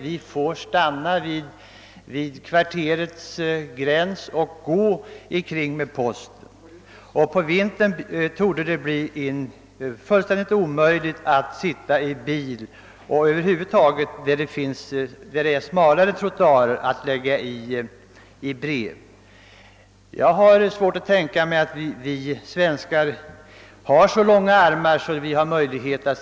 Man måste stanna vid kvarterets gräns och gå omkring med posten. På vintern torde det vara fullständigt omöjligt att sitta i en bil och lägga brev i en brevlåda t.o.m. där trottoaren är smalare. Jag har svårt att tänka mig att vi svenskar har så långa armar att vi har möjligheter